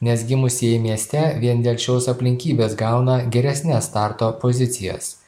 nes gimusieji mieste vien dėl šios aplinkybės gauna geresnes starto pozicijas